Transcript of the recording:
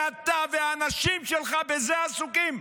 ואתה והאנשים שלך, בזה עסוקים?